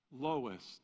lowest